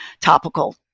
topical